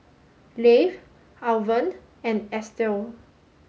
Lafe Alvan and Estelle